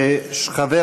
חבר